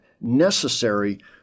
necessary